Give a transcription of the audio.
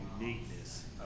uniqueness